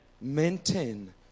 Maintain